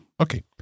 Okay